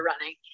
running